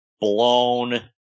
blown